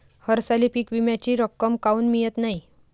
हरसाली पीक विम्याची रक्कम काऊन मियत नाई?